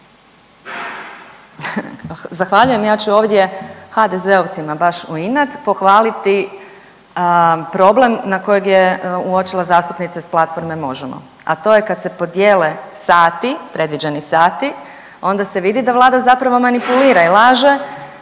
Zahvaljujem. Ja ću ovdje HDZ-ovcima baš u inat pohvaliti problem na kojeg je uočila zastupnica iz platforme Možemo, a to je kad se podijele sati, predviđeni sati onda se vidi da Vlada zapravo manipulira i laže